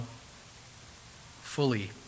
fully